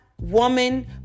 woman